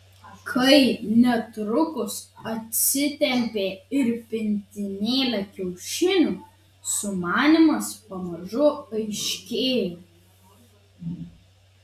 kai netrukus atsitempė ir pintinėlę kiaušinių sumanymas pamažu aiškėjo